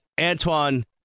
Antoine